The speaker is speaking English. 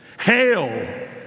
hail